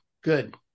good